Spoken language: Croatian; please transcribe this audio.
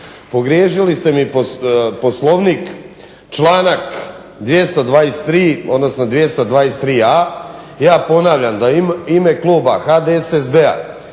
Pogriješili ste mi Poslovnik članak 223., odnosno 223.a. Ja ponavljam da u ime kluba HDSSB-a